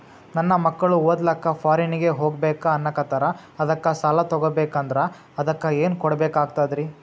ನನ್ನ ಮಕ್ಕಳು ಓದ್ಲಕ್ಕ ಫಾರಿನ್ನಿಗೆ ಹೋಗ್ಬಕ ಅನ್ನಕತ್ತರ, ಅದಕ್ಕ ಸಾಲ ತೊಗೊಬಕಂದ್ರ ಅದಕ್ಕ ಏನ್ ಕೊಡಬೇಕಾಗ್ತದ್ರಿ?